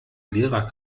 lehrer